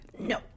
no